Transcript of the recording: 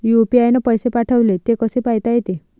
UPI न पैसे पाठवले, ते कसे पायता येते?